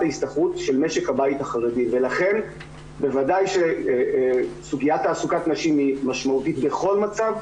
ההשתכרות של משק הבית החרדי ולכן בוודאי שסוגיית נשים היא משמעותית בכל מצב,